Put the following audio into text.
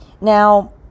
Now